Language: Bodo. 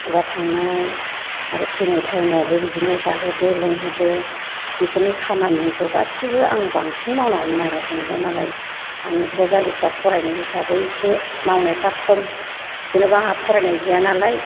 अबावबा थांनाय आरो फैनाय टाइमावबो बिदिनो जाहोदो लोंहोदो बेफोरनि खामानिखौ गासैबो आं बांसिन मावनांगौमोन आरो जेन'बा मालाय आंनि बिजाबवजालिफ्रा फरायनाय हिसाबै एसे मावनायफ्रा खम जेन'बा आहा फरायनाय गैया नालाय